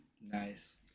Nice